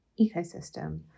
ecosystem